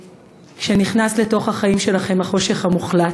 כשנכנס לתוך החיים שלכם החושך המוחלט.